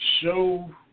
show –